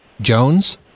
Jones